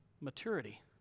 maturity